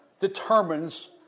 determines